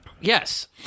Yes